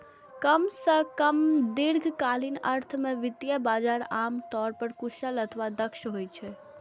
कम सं कम दीर्घकालीन अर्थ मे वित्तीय बाजार आम तौर पर कुशल अथवा दक्ष होइ छै